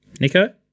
Nico